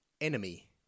Enemy